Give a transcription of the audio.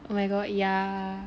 oh my god yeah